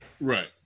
Right